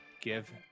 Give